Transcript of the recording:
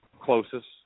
closest